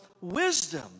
wisdom